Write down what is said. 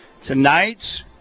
Tonight